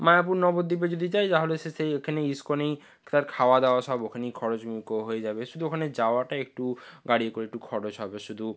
মায়াপুর নবদ্বীপে যদি যায় তাহলে সে সেইখানে ইসকনেই তার খাওয়া দাওয়া সব ওখানেই খরচ হয়ে যাবে শুধু ওখানে যাওয়াটাই একটু গাড়ি করে একটু খরচ হবে শুধু